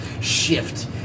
shift